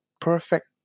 perfect